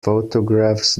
photographs